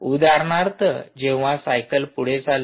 उदाहरणार्थ जेव्हा सायकल पुढे चालते